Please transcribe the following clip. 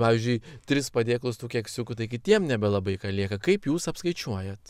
pavyzdžiui tris padėklus tų keksiukų tai kitiem nebelabai ką lieka kaip jūs apskaičiuojat